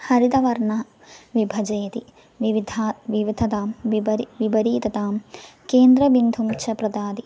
हरितवर्णः विभजयति विविधाः विविधतां विपरि विपरीततां केन्द्रबिन्दुं च प्रदाति